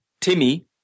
Timmy